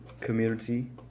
community